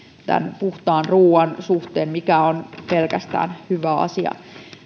tämän puhtaan ruuan suhteen mikä on pelkästään hyvä asia